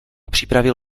připravil